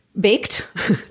baked